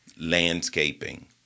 landscaping